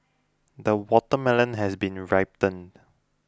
the watermelon has been ripened